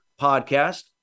Podcast